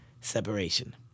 separation